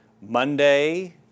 Monday